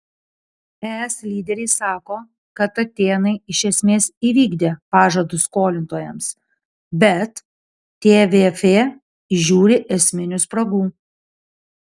es lyderiai sako kad atėnai iš esmės įvykdė pažadus skolintojams bet tvf įžiūri esminių spragų